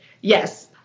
Yes